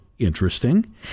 interesting